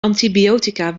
antibiotica